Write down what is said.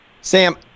Sam